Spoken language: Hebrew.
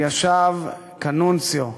הוא ישב כנונציו,